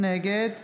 נגד